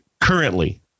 Currently